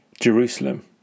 Jerusalem